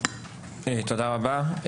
תודה רבה.